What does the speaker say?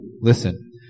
Listen